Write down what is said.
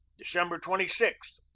december twenty six,